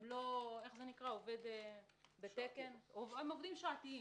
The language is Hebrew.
הם עובדים שעתיים.